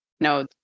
No